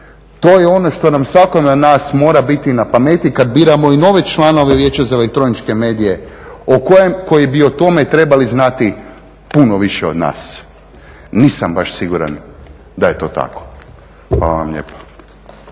To je ono što nam svakom od nas mora biti na pameti kad biramo i nove članove Vijeća za elektroničke medije koji bi o tome trebali znati pun više od nas. Nisam baš siguran da je to tako. Hvala vam lijepa.